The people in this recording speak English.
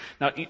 Now